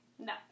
No